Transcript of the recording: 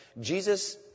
Jesus